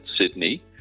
Sydney